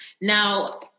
now